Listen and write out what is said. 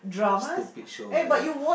stupid show ah that one